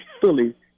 fully